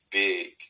big